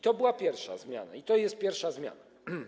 To była pierwsza zmiana i to jest pierwsza zmiana.